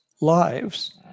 lives